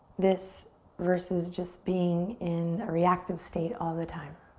this versus just being in a reactive state all the time.